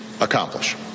accomplish